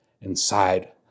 inside